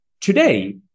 today